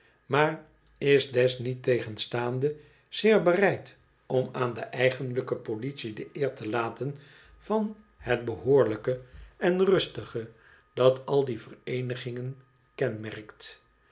maar is desniettegenstaande zeer bereid om aan de eigenlijke politie de eer te laten van hot behoorlijke en rustige dat al die vereenigingen kenmerkt